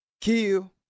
kill